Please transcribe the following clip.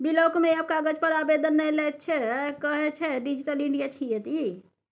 block मे आब कागज पर आवेदन नहि लैत छै कहय छै डिजिटल इंडिया छियै ई